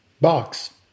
box